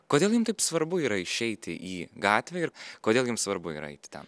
kodėl jum taip svarbu yra išeiti į gatvę ir kodėl jum svarbu yra eiti ten